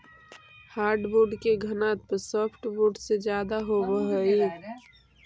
hardwood के घनत्व softwood से ज्यादा होवऽ हइ